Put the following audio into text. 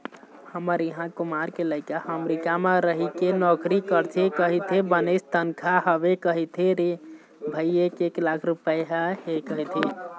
हमर इहाँ कुमार के लइका ह अमरीका म रहिके नौकरी करथे कहिथे बनेच तनखा हवय कहिथे रे भई एक एक लाख रुपइया हे कहिथे